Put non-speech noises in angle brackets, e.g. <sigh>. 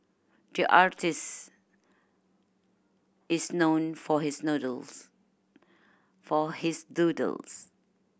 the artist is known for his <unintelligible> for his doodles